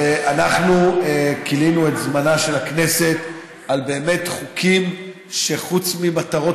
ואנחנו כילינו את זמנה של הכנסת על חוקים שחוץ ממטרות